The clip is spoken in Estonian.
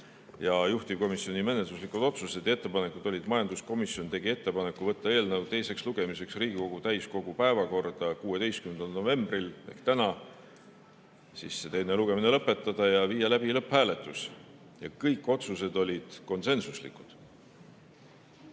Juhtivkomisjoni menetluslikud otsused ja ettepanekud olid: majanduskomisjon tegi ettepaneku võtta eelnõu teiseks lugemiseks Riigikogu täiskogu päevakorda 16. novembril ehk täna, teine lugemine lõpetada ja viia läbi lõpphääletus. Kõik otsused olid konsensuslikud.